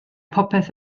phobeth